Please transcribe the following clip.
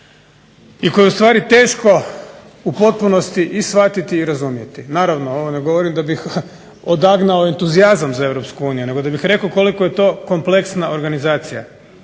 i koje je ustvari teško u potpunosti i shvatiti i razumjeti. Naravno ovo ne govorim da bih odagnao entuzijazam za Europsku uniju, nego da bih rekao koliko je to kompleksna organizacija.